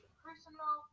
personal